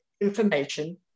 information